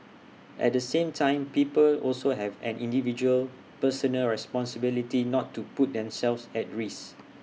at the same time people also have an individual personal responsibility not to put themselves at risk